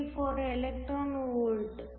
834 electron volt